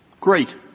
Great